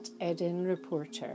edinreporter